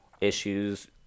issues